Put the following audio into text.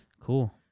Cool